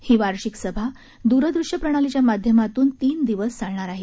ही वार्षिक सभा दूरदृश्य प्रणालीच्या माध्यमातून तीन दिवस चालणार आहे